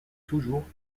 toujours